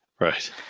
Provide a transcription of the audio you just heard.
Right